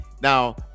Now